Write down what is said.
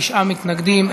תשעה מתנגדים,